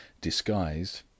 disguised